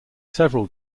several